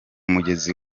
mugezi